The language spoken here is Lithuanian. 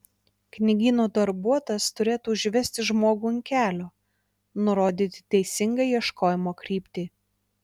knygyno darbuotojas turėtų užvesti žmogų ant kelio nurodyti teisingą ieškojimo kryptį